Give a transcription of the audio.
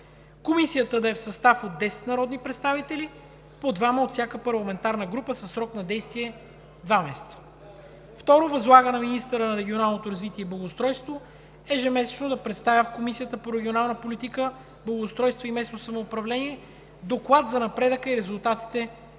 Комисията да е в състав от 10 народни представители – по двама от всяка парламентарна група, със срок на действие два месеца. 2. Възлага на министъра на регионалното развитие и благоустройството ежемесечно да представя в Комисията по регионална политика, благоустройство и местно самоуправление доклад за напредъка и резултатите по